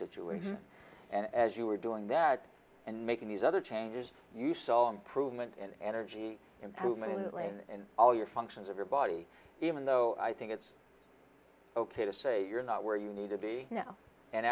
situation and as you were doing that and making these other changes you saw improvement in energy improvement in all your functions of your body even though i think it's ok to say you're not where you need to be now and